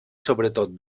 sobretot